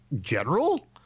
general